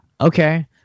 okay